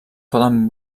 poden